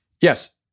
Yes